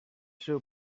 seu